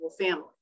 family